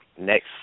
next